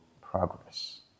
progress